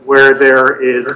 where there is